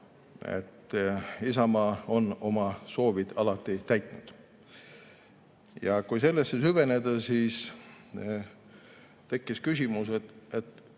et Isamaa on oma soovid alati täitnud. Kui sellesse süveneda, siis tekib küsimus, et